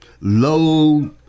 low